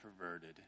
perverted